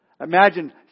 Imagine